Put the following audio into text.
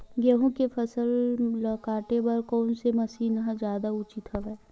गेहूं के फसल ल काटे बर कोन से मशीन ह जादा उचित हवय?